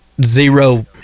Zero